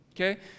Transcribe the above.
Okay